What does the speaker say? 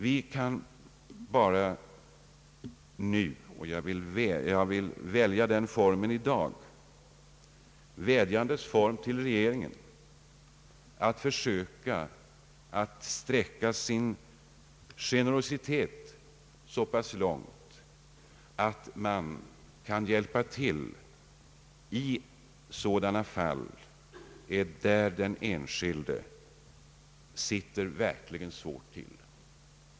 Vi kan nu bara vädja — jag vill välja den formen i dag — till regeringen att försöka sträcka sin generositet så pass långt att hjälp kan ges i sådana fall där den enskilde sitter verkligen svårt till.